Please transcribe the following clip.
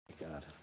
God